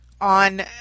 on